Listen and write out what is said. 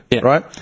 right